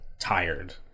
tired